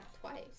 Twice